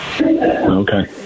Okay